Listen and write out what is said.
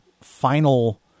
final